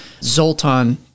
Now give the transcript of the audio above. Zoltan